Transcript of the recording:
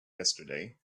yesterday